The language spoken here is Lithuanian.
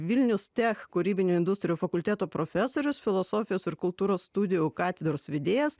vilnius tech kūrybinių industrijų fakulteto profesorius filosofijos ir kultūros studijų katedros vedėjas